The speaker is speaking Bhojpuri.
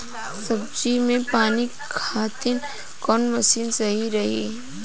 सब्जी में पानी खातिन कवन मशीन सही रही?